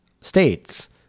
states